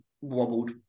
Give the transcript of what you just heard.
wobbled